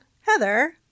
Heather